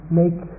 make